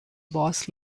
boss